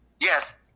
Yes